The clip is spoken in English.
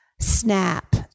SNAP